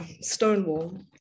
Stonewall